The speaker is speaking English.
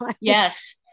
Yes